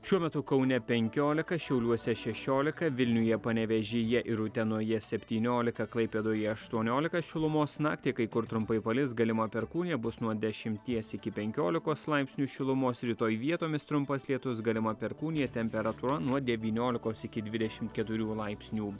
šiuo metu kaune penkiolika šiauliuose šešiolika vilniuje panevėžyje ir utenoje septyniolika klaipėdoje aštuoniolika šilumos naktį kai kur trumpai palis galima perkūnija bus nuo dešimties iki penkiolikos laipsnių šilumos rytoj vietomis trumpas lietus galima perkūnija temperatūra nuo devyniolikos iki dvidešim keturių laipsnių